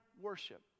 worship